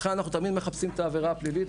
לכן אנחנו תמיד מחפשים את העבירה הפלילית,